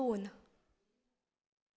दोन